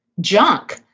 junk